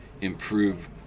improve